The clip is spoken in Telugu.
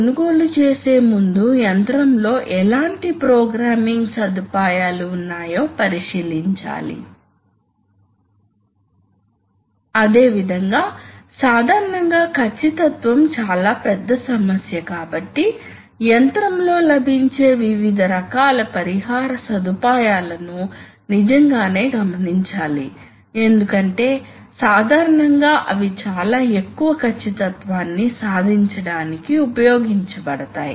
కాబట్టి చివరకు ఈ ప్రెజర్ ని వర్తింపజేయాలి ఇప్పుడు సాధారణ స్థితిలో ఇది నొక్కలేనప్పుడు మరియు అవి వాస్తవానికి ఈ బ్లాక్ లో ఉన్నాయి కాబట్టి ఇది డిశ్చార్జ్ అవ్వడానికి దీని ద్వారా నేరుగా అనుసంధానించబడుతుంది